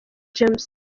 james